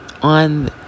on